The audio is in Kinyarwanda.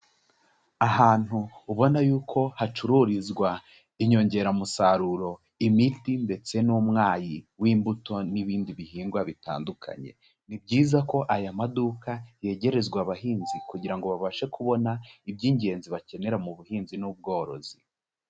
Ahantu ubona yuko hacururizwa inyongeramusaruro, imiti ndetse n'umwayi w'imbuto n'ibindi bihingwa bitandukanye, ni byiza ko aya maduka yegerezwa abahinzi kugira ngo babashe kubona iby'ingenzi bakenera mu buhinzi n'ubworozi.